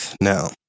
Now